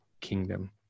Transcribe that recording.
kingdom